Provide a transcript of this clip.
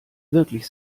wirklich